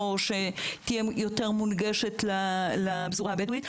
או שהיא תהיה יותר מונגשת לפזורה הבדואית,